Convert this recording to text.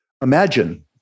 Imagine